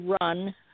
run